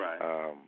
Right